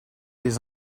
les